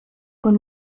con